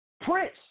Prince